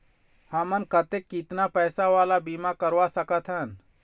हमन कतेक कितना पैसा वाला बीमा करवा सकथन?